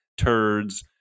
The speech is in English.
turds